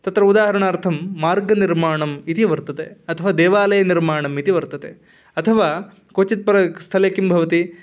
तत्र उदाहरणार्थं मार्गनिर्माणम् इति वर्तते अथवा देवालयनिर्माणम् इति वर्तते अथवा क्वचित् प्राक् स्थले किं भवति